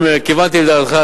אם כיוונתי לדעתך,